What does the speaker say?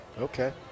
Okay